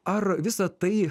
ar visa tai